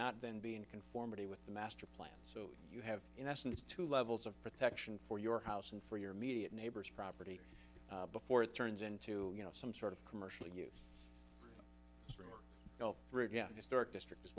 not then be in conformity with the master plan so you have in essence two levels of protection for your house and for your immediate neighbors property before it turns into you know some sort of commercial you know for it yeah historic district is